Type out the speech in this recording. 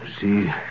See